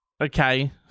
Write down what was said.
Okay